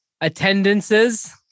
attendances